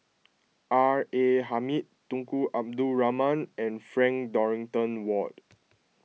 R A Hamid Tunku Abdul Rahman and Frank Dorrington Ward